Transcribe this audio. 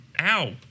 ow